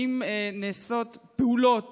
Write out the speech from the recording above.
האם נעשות פעולות